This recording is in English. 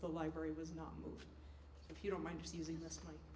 the library was not if you don't mind just using this like